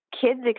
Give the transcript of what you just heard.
kids